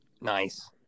Nice